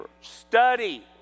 Study